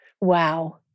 Wow